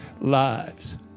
lives